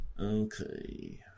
Okay